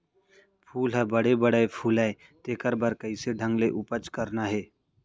फूल ह बड़े बड़े फुलय तेकर बर कइसे ढंग ले उपज करना हे